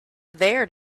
there